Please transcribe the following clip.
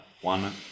one